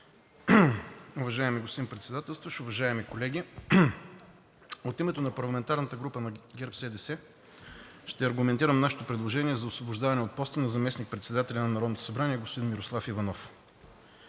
Уважаеми господин Председателстващ, уважаеми колеги, от името на парламентарната група на ГЕРБ-СДС ще аргументирам нашето предложение за освобождаване от поста на заместник председателя на Народното събрание господин Мирослав Иванов.